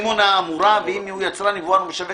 הצבעה בעד תקנה 4 פה-אחד נגד אין נמנעים אין תקנה 4 אושרה.